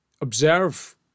observe